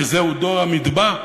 שזהו דור המדבר.